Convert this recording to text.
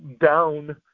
Down